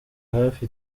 hafi